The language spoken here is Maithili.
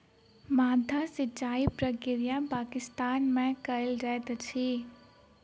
माद्दा सिचाई प्रक्रिया पाकिस्तान में कयल जाइत अछि